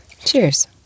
Cheers